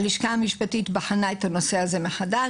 הלשכה המשפטית בחנה את הנושא הזה מחדש,